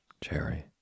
cherry